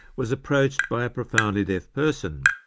was approached by a profoundly deaf person,